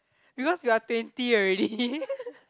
because you are twenty already